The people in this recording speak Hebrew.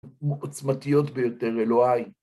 עצמתיות ביותר, אלוהי